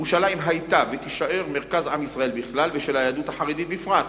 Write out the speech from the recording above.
ירושלים היתה ותישאר מרכז עם ישראל בכלל והיהדות החרדית בפרט,